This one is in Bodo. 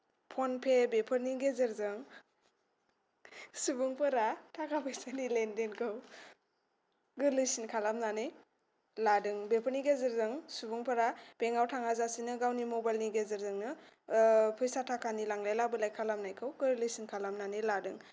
फन पे बेफोरनि गेजेरजों सुबुंफोरा थाखा फैसानि लेनदेनखौ गोरलैसिन खालामनानै लाजों बेफोरनि गेजेरजों सुबुंफोरा बेंकाव थाङाजासेनो गावनि मबाइलनि गेजेरजोंनो फैसा थाखानि लांलाय लाबोलाय खालामनायखौ गोरलैसिन खालामनानै लादों